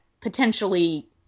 potentially